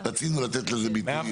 רצינו לתת לזה ביטוי בהבניה.